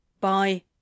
Bye